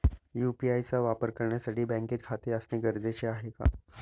UPI चा वापर करण्यासाठी बँकेत खाते असणे गरजेचे आहे का?